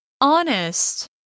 Honest